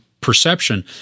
perception